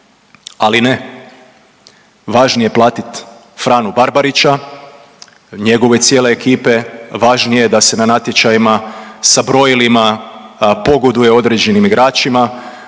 Ali ne. Važnije je platiti Franu Barbarića, njegove cijele ekipe, važnije da se na natječajima sa brojilima pogoduje određenim igračima,